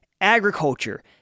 agriculture